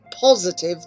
positive